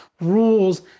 rules